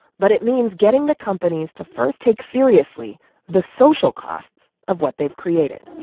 but it means getting the companies to first take seriously the social costs of what they've created